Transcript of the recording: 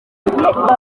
imodoka